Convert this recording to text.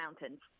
mountains